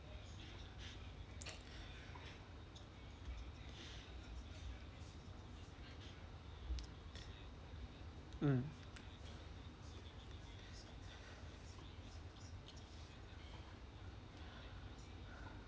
mm